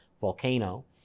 volcano